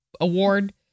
Award